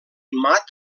mat